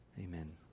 Amen